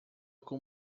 com